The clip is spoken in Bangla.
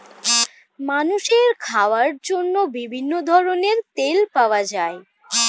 মানুষের খাওয়ার জন্য বিভিন্ন ধরনের তেল পাওয়া যায়